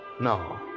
No